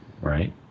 right